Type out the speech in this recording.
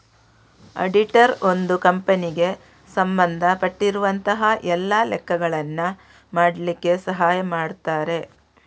auditor ಒಂದು ಕಂಪನಿಗೆ ಸಂಬಂಧ ಪಟ್ಟಿರುವಂತಹ ಎಲ್ಲ ಲೆಕ್ಕಗಳನ್ನ ಮಾಡ್ಲಿಕ್ಕೆ ಸಹಾಯ ಮಾಡ್ತಾರೆ